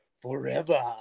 Forever